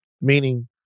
Meaning